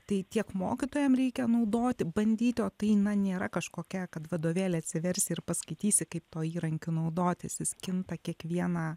tai tiek mokytojam reikia naudoti bandyti o tai nėra kažkokia kad vadovėlį atsiversi ir paskaitysi kaip tuo įrankiu naudotis jis kinta kiekvieną